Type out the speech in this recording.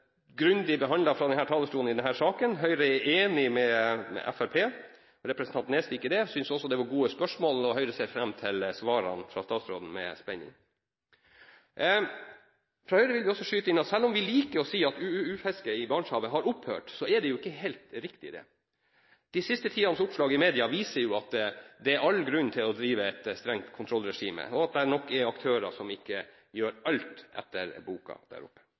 grundig behandlet fra denne talerstolen. Høyre er enig med Fremskrittspartiet og representanten Nesvik i det. Vi synes også det var gode spørsmål, og Høyre ser med spenning fram til svarene fra statsråden. Fra Høyre vil vi også skyte inn at selv om vi liker å si at UUU-fisket i Barentshavet har opphørt, er det ikke helt riktig. De siste tidenes oppslag i media viser at det er all grunn til å drive et strengt kontrollregime, og at det nok er aktører som ikke gjør alt etter boken der oppe.